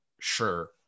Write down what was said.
Sure